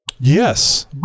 Yes